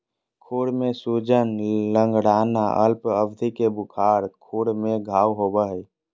खुर में सूजन, लंगड़ाना, अल्प अवधि के बुखार, खुर में घाव होबे हइ